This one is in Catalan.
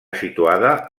situada